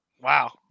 Wow